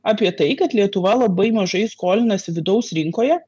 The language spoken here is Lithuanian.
apie tai kad lietuva labai mažai skolinasi vidaus rinkoje